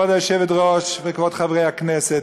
כבוד היושבת-ראש וכבוד חברי הכנסת,